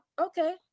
Okay